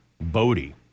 Bodie